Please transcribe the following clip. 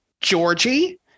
Georgie